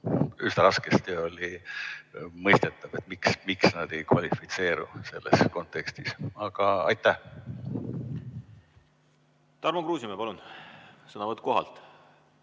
Üsna raskesti oli mõistetav, miks nad ei kvalifitseeru selles kontekstis. Aga aitäh! Tarmo Kruusimäe, palun sõnavõtt kohalt!